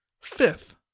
Fifth